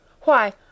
Why—